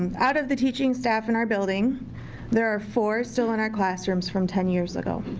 um out of the teaching staff in our building there are four still in our classrooms from ten years ago.